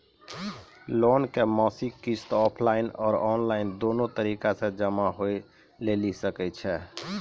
Loan के मासिक किस्त ऑफलाइन और ऑनलाइन दोनो तरीका से जमा होय लेली सकै छै?